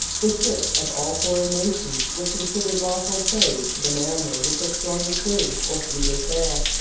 the ships of all foreign nations were considered lawful prey to the mariner with the stronger crew or fleeter sail.